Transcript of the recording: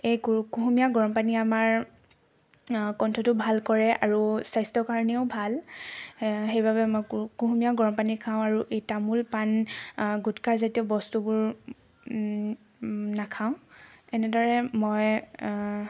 এই কুহুমীয়া গৰম পানীয়ে আমাৰ কণ্ঠটো ভাল কৰে আৰু স্বাস্থ্যৰ কাৰণেও ভাল সেইবাবে মই কুহুমীয়া গৰম পানী খাওঁ আৰু এই তামোল পাণ গুটখাজাতীয় বস্তুবোৰ নাখাওঁ এনেদৰে মই